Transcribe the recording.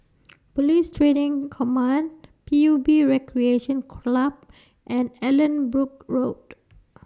Police Training Command P U B Recreation Club and Allanbrooke Road